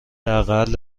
اقل